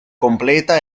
completa